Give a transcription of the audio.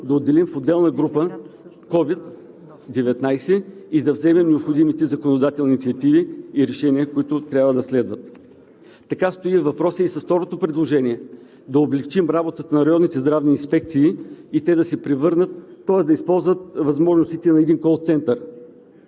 да отделим в отделна група COVID-19 и да вземем необходимите законодателни инициативи и решения, които трябва да следват. Така стои въпросът и с второто предложение – да облекчим работата на районните здравни инспекции и те да се превърнат…, тоест да използват възможностите на един кол център.